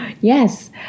Yes